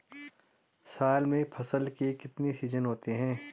साल में फसल के कितने सीजन होते हैं?